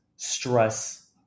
stress